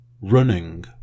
Running